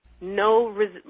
No